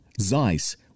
Zeiss